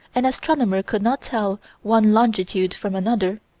an astronomer could not tell one longitude from another,